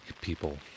people